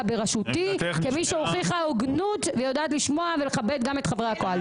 כמו מקוששת ומקבצת נדבות,